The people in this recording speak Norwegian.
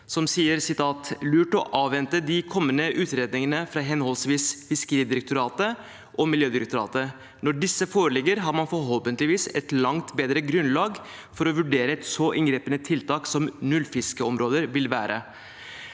som sier det er lurt å avvente de kommende utredningene fra henholdsvis Fiskeridirektoratet og Miljødirektoratet. De sier: «Når disse foreligger, har man forhåpentlig et langt bedre grunnlag for å vurdere et så inngripende tiltak som nullfiskeområder vil være.»